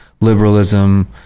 liberalism